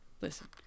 listen